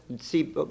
see